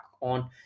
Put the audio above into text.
on